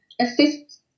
assist